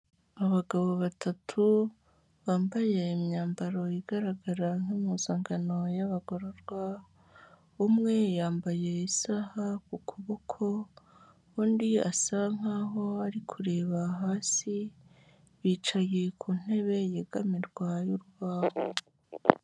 Abagabo batatu bambaye imyambaro igaragara nk'impuzankano y'abagororwa, umwe yambaye isaha ku kuboko, undi asa nk'aho ari kureba hasi bicaye ku ntebe yegamirwa y'urubaho.